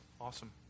awesome